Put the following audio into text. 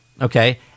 Okay